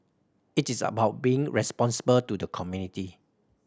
it is about being responsible to the community